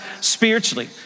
spiritually